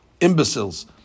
imbeciles